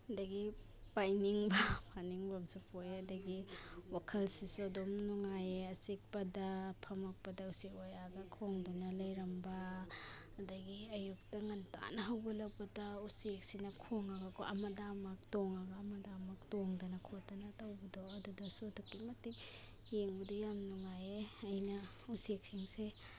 ꯑꯗꯒꯤ ꯄꯥꯏꯅꯤꯡꯕ ꯐꯥꯅꯤꯡꯕ ꯑꯃꯁꯨ ꯄꯣꯛꯑꯦ ꯑꯗꯒꯤ ꯋꯥꯈꯜꯁꯤꯁꯨ ꯑꯗꯨꯝ ꯅꯨꯡꯉꯥꯏꯌꯦ ꯑꯆꯤꯛꯄꯗ ꯐꯝꯃꯛꯄꯗ ꯎꯆꯦꯛ ꯋꯥꯌꯥꯒ ꯈꯣꯡꯗꯨꯅ ꯂꯩꯔꯝꯕ ꯑꯗꯒꯤ ꯑꯌꯨꯛꯇ ꯉꯟꯇꯥꯅ ꯍꯧꯒꯠꯂꯛꯄꯗ ꯎꯆꯦꯛꯁꯤꯅ ꯈꯣꯡꯉꯒꯀꯣ ꯑꯃꯗ ꯑꯃꯨꯛ ꯇꯣꯡꯉꯒ ꯑꯃꯗ ꯑꯃꯨꯛ ꯇꯣꯡꯗꯅ ꯈꯣꯠꯇꯅ ꯇꯧꯕꯗꯣ ꯑꯗꯨꯗꯁꯨ ꯑꯗꯨꯛꯀꯤ ꯃꯇꯤꯛ ꯌꯦꯡꯕꯗ ꯌꯥꯝ ꯅꯨꯡꯉꯥꯏꯌꯦ ꯑꯩꯅ ꯎꯆꯦꯛꯁꯤꯡꯁꯦ